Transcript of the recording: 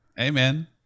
Amen